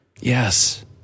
Yes